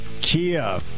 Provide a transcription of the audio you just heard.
Kia